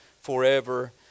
forever